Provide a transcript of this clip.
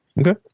okay